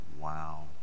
Wow